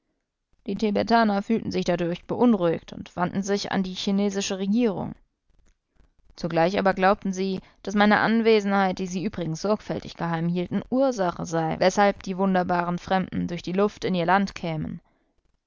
tibetaner fühlten sich dadurch beunruhigt und wandten sich an die chinesische regierung zugleich aber glaubten sie daß meine anwesenheit die sie übrigens sorgfältig geheimhielten ursache sei weshalb die wunderbaren fremden durch die luft in ihr land kämen